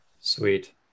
Sweet